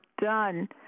done